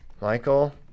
Michael